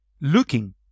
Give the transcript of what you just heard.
looking